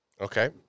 Okay